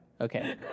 Okay